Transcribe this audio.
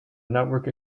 network